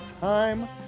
time